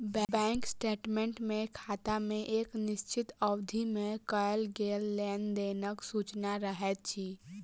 bank statement मे खाता मे एक निश्चित अवधि मे कयल गेल लेन देनक सूचना रहैत अछि